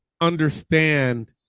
understand